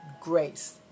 grace